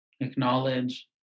Acknowledge